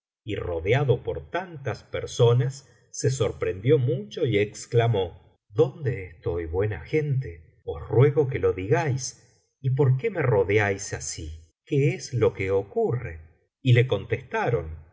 y rodeado por tantas personas se sorprendió mucho y exclamó dónde estoy buena gente os ruego que lo digáis y por qué me rodeáis así qué es lo que ocurre y le contestaron